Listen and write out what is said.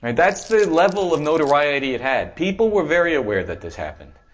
and that's the level of notoriety it had. people were very aware that this happened.